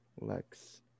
Lex